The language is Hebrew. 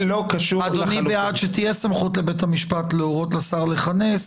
אדוני בעד שתהיה סמכות לבית המשפט להורות לשר לכנס,